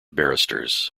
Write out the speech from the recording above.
barristers